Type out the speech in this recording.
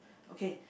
okay